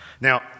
Now